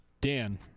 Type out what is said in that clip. Dan